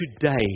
today